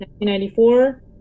1994